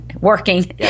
working